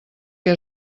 que